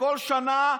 וכל שנה,